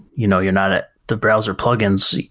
you know you're not ah the browser plugins,